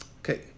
okay